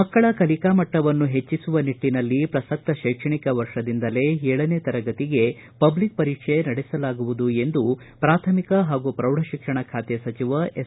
ಮಕ್ಕಳ ಕಲಿಕಾ ಮಟ್ಟವನ್ನು ಹೆಚ್ಚಿಸುವ ನಿಟ್ಟನಲ್ಲಿ ಪ್ರಸಕ್ತ ಕೈಕ್ಷಣಿಕ ವರ್ಷದಿಂದಲೇ ಏಳನೇ ತರಗತಿಗೆ ಪಬ್ಲಿಕ್ ಪರೀಕ್ಷೆ ನಡೆಸಲಾಗುವುದು ಎಂದು ಪ್ರಾಥಮಿಕ ಹಾಗೂ ಪ್ರೌಢಶಿಕ್ಷಣ ಖಾತೆ ಸಚಿವ ಎಸ್